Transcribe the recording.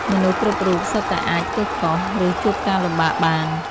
មនុស្សគ្រប់រូបសុទ្ធតែអាចធ្វើខុស ឬជួបការលំបាកបាន។